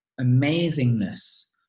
amazingness